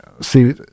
see